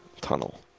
tunnel